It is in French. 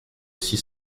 six